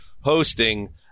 hosting